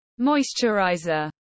moisturizer